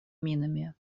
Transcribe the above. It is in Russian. минами